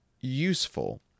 useful